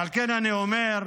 ועל כן אני אומר,